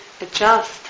adjust